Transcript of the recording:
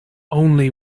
only